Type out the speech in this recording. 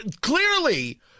clearly